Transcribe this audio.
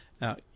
Now